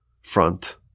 front